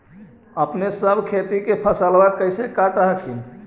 अपने सब खेती के फसलबा कैसे काट हखिन?